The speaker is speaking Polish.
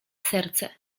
serce